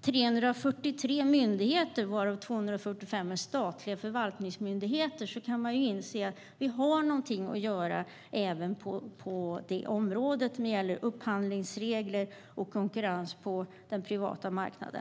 343 myndigheter, varav 245 är statliga förvaltningsmyndigheter, och då kan man inse att vi har något att göra även på det området när det gäller upphandlingsregler och konkurrens på den privata marknaden.